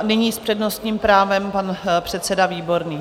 Nyní s přednostním právem pan předseda Výborný.